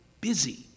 busy